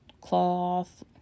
cloth